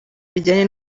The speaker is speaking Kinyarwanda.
bijyanye